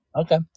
Okay